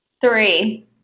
Three